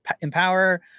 empower